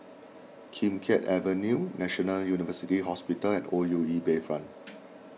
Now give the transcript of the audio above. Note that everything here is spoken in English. Kim Keat Avenue National University Hospital and O U E Bayfront